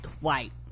white